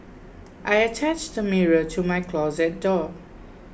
I attached a mirror to my closet door